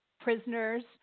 prisoners